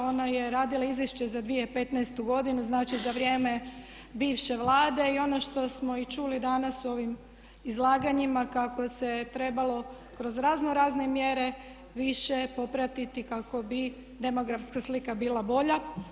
Ona je radila izvješće za 2015. godinu, znači za vrijeme bivše Vlade i ono što smo i čuli danas u ovim izlaganjima kako se trebalo kroz razno razne mjere više popratiti kako bi demografska slika bila bolja.